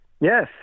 Yes